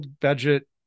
budget